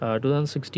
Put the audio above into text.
2016